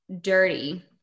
dirty